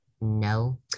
No